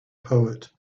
poet